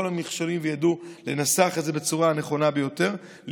המכשולים וידעו לנסח את זה בצורה הנכונה ביותר,